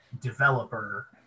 developer